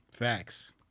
Facts